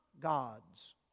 gods